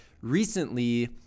recently